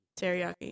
teriyaki